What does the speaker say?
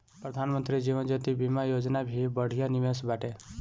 प्रधानमंत्री जीवन ज्योति बीमा योजना भी बढ़िया निवेश बाटे